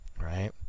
Right